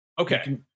okay